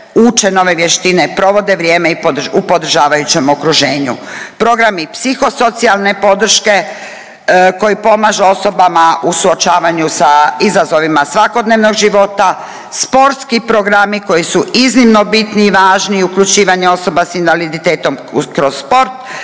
uče nove vještine, provode vrijeme u podržavajućem okruženju. Programi psihosocijalne podrške koji pomažu osobama u suočavanju sa izazovima svakodnevnog života, sportski programi koji su iznimno bitni i važni uključivanje osoba sa invaliditetom kroz sport,